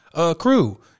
crew